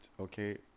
okay